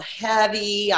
heavy